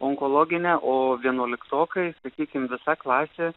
onkologine o vienuoliktokai sakykim visa klasė